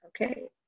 Okay